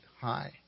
high